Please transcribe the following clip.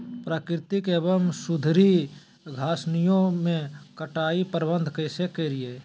प्राकृतिक एवं सुधरी घासनियों में कटाई प्रबन्ध कैसे करीये?